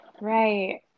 Right